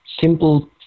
simple